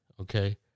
okay